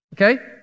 Okay